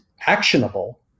actionable